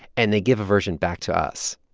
and they give a version back to us.